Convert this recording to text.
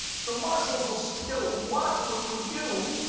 so, marshals will still watch what you do,